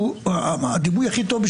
דיבור.